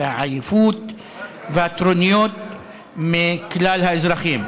העייפות והטרוניות מכלל האזרחים.